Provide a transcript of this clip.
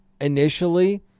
initially